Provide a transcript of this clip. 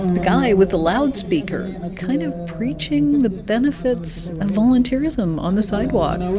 the guy with the loudspeaker ah kind of preaching the benefits of volunteerism on the sidewalk.